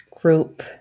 group